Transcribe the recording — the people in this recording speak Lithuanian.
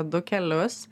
du kelius